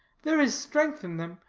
there is strength in them,